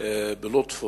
אני אתרגם,